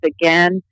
Again